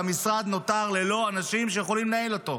והמשרד נותר ללא אנשים שיכולים לנהל אותו.